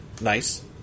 Nice